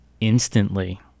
instantly